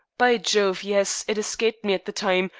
by jove, yes it escaped me at the time,